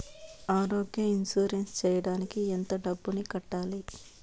ఆరోగ్య ఇన్సూరెన్సు సేయడానికి ఎంత డబ్బుని కట్టాలి?